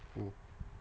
mm